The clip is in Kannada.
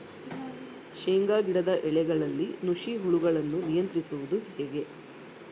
ಶೇಂಗಾ ಗಿಡದ ಎಲೆಗಳಲ್ಲಿ ನುಷಿ ಹುಳುಗಳನ್ನು ನಿಯಂತ್ರಿಸುವುದು ಹೇಗೆ?